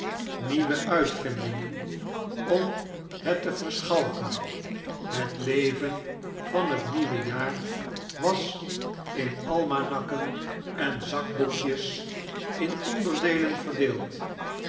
nieuwe uitvindingen om het te verschalken het leven van het nieuwe jaar was in almanakken en zakboekjes in onderdeelen verdeeld